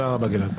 תודה רבה, גלעד.